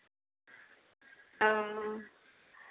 ᱚᱻ